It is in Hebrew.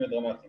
24/7